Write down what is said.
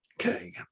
okay